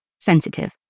sensitive